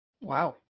Wow